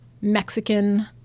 Mexican